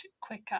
quicker